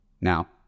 Now